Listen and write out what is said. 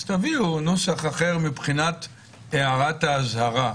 אז תביאו נוסח אחר עם הערת האזהרה.